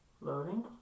Loading